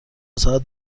ساعت